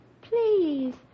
please